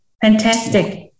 Fantastic